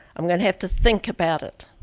i'm gonna have to think about it.